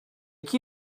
qui